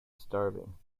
starving